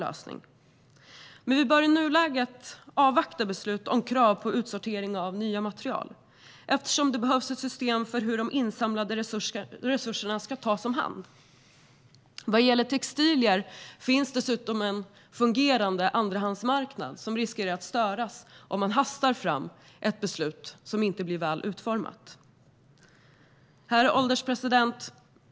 Vi bör dock i nuläget avvakta beslut om krav på utsortering av nya material eftersom det behövs ett system för hur de insamlade resurserna ska tas om hand. Vad gäller textilier finns dessutom en fungerande andrahandsmarknad som riskerar att störas om man hastar fram ett beslut som inte blir väl utformat. Herr ålderspresident!